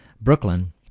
Brooklyn